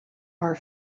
are